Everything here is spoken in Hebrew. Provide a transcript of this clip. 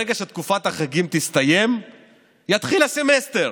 ברגע שתקופת החגים תסתיים יתחיל הסמסטר,